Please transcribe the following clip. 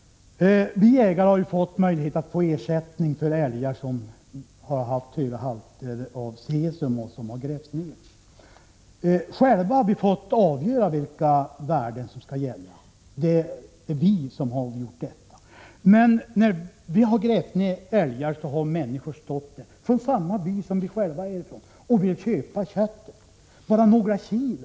Vi jägare har fått möjlighet till ersättning för älgar som har haft höga halter av cesium och som därför har grävts ned. Själva har vi fått avgöra vilka gränsvärden som skall gälla, men när vi grävt ned älgar har människor från samma by stått bredvid och velat köpa köttet, bara några kilo.